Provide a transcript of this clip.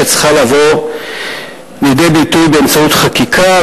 שצריכה לבוא לידי ביטוי באמצעות חקיקה,